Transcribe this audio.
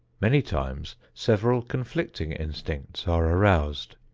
many times several conflicting instincts are aroused.